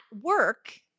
work